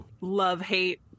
love-hate